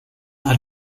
are